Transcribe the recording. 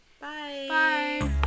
bye